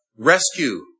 rescue